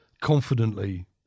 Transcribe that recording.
confidently